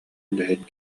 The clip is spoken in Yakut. үлэһит